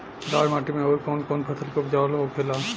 लाल माटी मे आउर कौन कौन फसल उपजाऊ होखे ला?